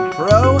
pro